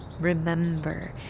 Remember